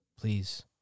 Please